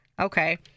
Okay